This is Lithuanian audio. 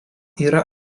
yra